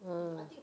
ah